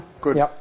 Good